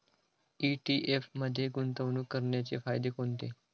ETF मध्ये गुंतवणूक करण्याचे फायदे कोणते?